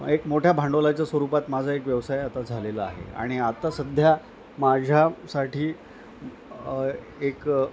एक मोठ्या भांडवलाच्या स्वरूपात माझा एक व्यवसाय आता झालेला आहे आणि आता सध्या माझ्यासाठी एक